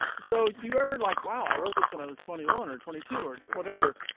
so do you ever like wow i wrote this when i was twenty one or twenty two or whatever.